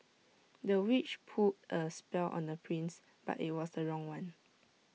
the witch put A spell on the prince but IT was the wrong one